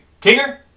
kinger